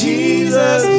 Jesus